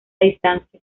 distancia